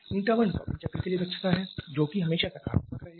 η1 topping चक्र के लिए दक्षता है जोकि हमेशा सकारात्मक रहेगा